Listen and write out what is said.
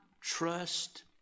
trust